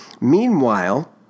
meanwhile